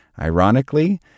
Ironically